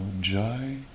Joy